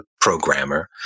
programmer